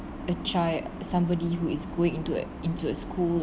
a child somebody who is going into a into a school